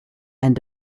and